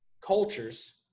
cultures